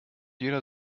jeder